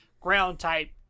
ground-type